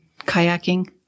kayaking